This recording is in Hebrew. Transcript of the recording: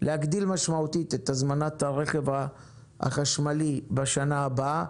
להגדיל משמעותית את הזמנת הרכב החשמלי בשנה הבאה.